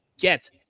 get